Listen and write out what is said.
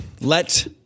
Let